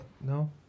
No